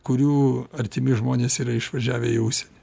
kurių artimi žmonės yra išvažiavę į užsienį